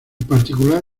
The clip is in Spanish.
particular